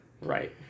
Right